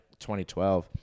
2012